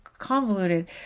convoluted